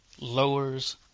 lowers